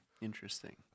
Interesting